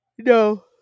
No